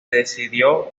decidió